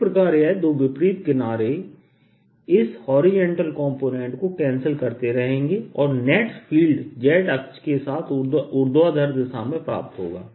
इस प्रकार यह दो विपरीत किनारे इस होरिजेंटल कंपोनेंट को कैंसिल करते रहेंगे और नेट फील्ड z अक्ष के साथ ऊर्ध्वाधर दिशा में प्राप्त होगा